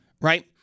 right